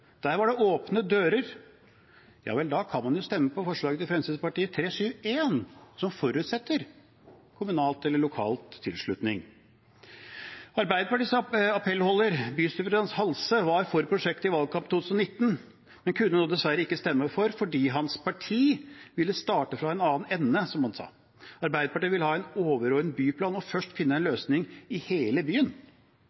der var det åpne dører. Vel, da kan man jo stemme for forslaget til Fremskrittspartiet, nr. 371, som forutsetter kommunal eller lokal tilslutning. Arbeiderpartiets appellholder, bystyrerepresentant Halse, var for prosjektet i valgkampen 2019, men kunne nå dessverre ikke stemme for fordi hans parti ville starte fra en annen ende, som han sa. Arbeiderpartiet vil ha en overordnet byplan og først finne en